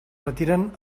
retiren